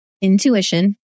intuition